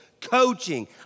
coaching